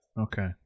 Okay